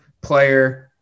player